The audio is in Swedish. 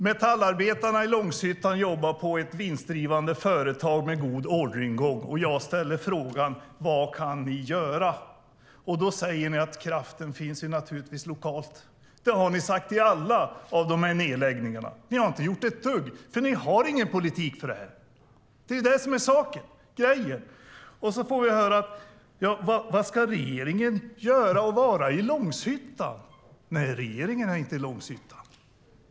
Metallarbetarna i Långshyttan jobbar i ett vinstdrivande företag med god orderingång, och jag ställer frågan: Vad kan vi göra? Då säger ni att kraften naturligtvis finns lokalt. Det har ni sagt vid alla dessa nedläggningar. Ni har inte gjort ett dugg, för ni har ingen politik för det här. Det är det som är grejen. Och så får vi höra: Ska regeringen vara i Långshyttan? Nej, regeringen är inte i Långshyttan.